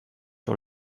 sur